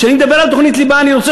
כשאני מדבר על תוכנית ליבה אני רוצה